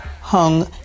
hung